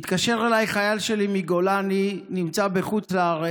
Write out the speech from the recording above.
התקשר אליי חייל שלי מגולני שנמצא בחו"ל,